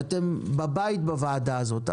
ואתם בבית בוועדה הזאת.